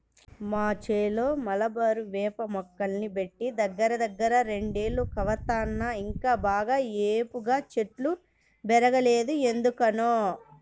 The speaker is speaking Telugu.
మా చేలో మలబారు వేప మొక్కల్ని బెట్టి దగ్గరదగ్గర రెండేళ్లు కావత్తన్నా ఇంకా బాగా ఏపుగా చెట్లు బెరగలేదు ఎందుకనో